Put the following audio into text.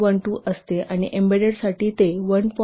12 असते आणि एम्बेडेड साठी ते 1